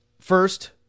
First